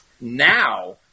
Now